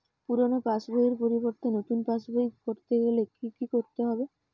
পুরানো পাশবইয়ের পরিবর্তে নতুন পাশবই ক রতে গেলে কি কি করতে হবে?